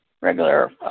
regular